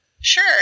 Sure